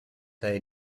they